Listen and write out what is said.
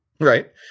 right